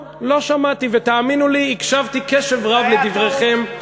לא, לא שמעתי, ותאמינו לי, הקשבתי קשב רב לדבריכם.